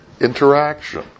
interaction